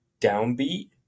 downbeat